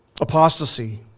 Apostasy